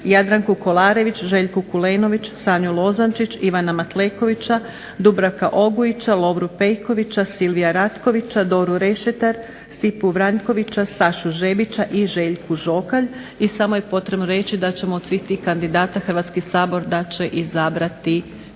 Jadranku Kolarević, Željku KOlenović, Sanju Lozančić, Ivana Matlekovića, Dubravka Ogujića, Lovru Pejkovića, Silvija Ratkovića, Doru Rešetar, Stipu Vranjkovića, Sašu Žebića i Željku Žokalj. I samo je potrebno reći da ćemo od svih tih kandidata Hrvatski sabor da će izabrati